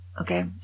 okay